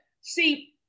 See